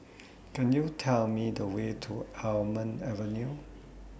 Could YOU Tell Me The Way to Almond Avenue